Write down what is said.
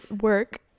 work